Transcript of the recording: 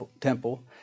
temple